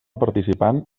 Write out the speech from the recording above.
participant